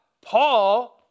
Paul